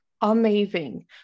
amazing